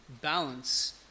balance